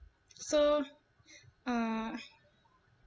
so uh